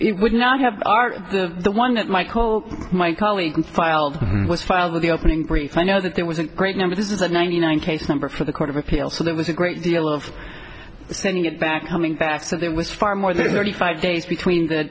it would not have are the one that my call my colleague filed was filed with the opening brief i know that there was a great number this is the ninety nine case number for the court of appeal so there was a great deal of sending it back coming back so there was far more than thirty five days between the